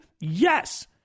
Yes